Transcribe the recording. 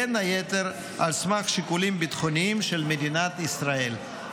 בין היתר על סמך שיקולים ביטחוניים של מדינת ישראל.